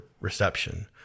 reception